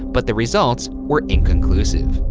but the results were inconclusive.